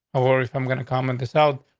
ah or if i'm gonna comment this out,